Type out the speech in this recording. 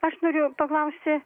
aš norėjau paklausti